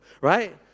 right